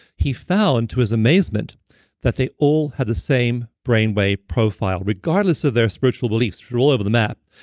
he found to his amazement that they all had the same brain wave profile regardless of their spiritual beliefs through all over the map.